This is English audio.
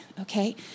okay